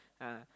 ah